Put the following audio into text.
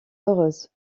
heureuse